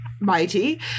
mighty